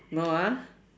no ah